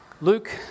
Luke